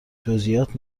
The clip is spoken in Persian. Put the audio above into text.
جزییات